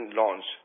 launch